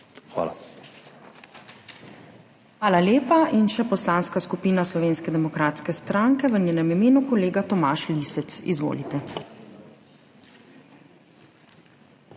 Hvala lepa. In še Poslanska skupina Slovenske demokratske stranke, v njenem imenu kolega Tomaž Lisec. Izvolite.